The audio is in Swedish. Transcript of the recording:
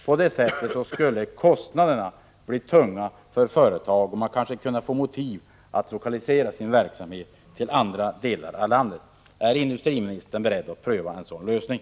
På det sättet skulle kostnaderna bli tunga för företagen, och de skulle få motiv att lokalisera sin verksamhet till andra delar av landet. Är industriministern beredd att pröva en sådan lösning?